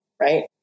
right